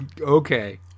okay